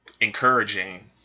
encouraging